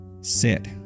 Sit